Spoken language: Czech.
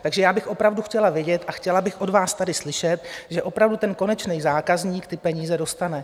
Takže já bych opravdu chtěla vědět a chtěla bych od vás tady slyšet, že opravdu konečný zákazník ty peníze dostane.